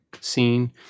scene